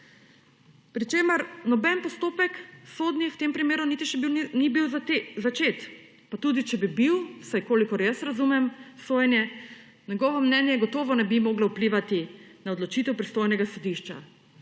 Pri čemer noben postopek, sodni, v tem primeru niti še ni bil začet. Pa tudi če bi bil, vsaj kolikor jaz razumem sojenje, njegovo mnenje gotovo ne bi moglo vplivati na odločitev pristojnega sodišča.